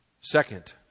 Second